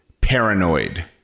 paranoid